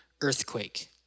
earthquake